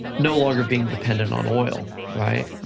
no longer being dependent on oil, right?